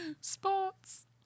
Sports